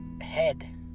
head